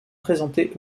présenté